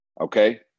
Okay